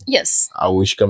Yes